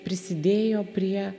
prisidėjo prie